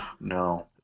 no